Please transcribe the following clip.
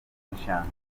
technicians